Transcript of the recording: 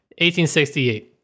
1868